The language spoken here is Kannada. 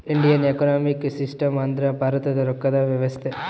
ಇಂಡಿಯನ್ ಎಕನೊಮಿಕ್ ಸಿಸ್ಟಮ್ ಅಂದ್ರ ಭಾರತದ ರೊಕ್ಕದ ವ್ಯವಸ್ತೆ